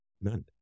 None